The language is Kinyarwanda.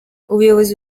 ubuyobozi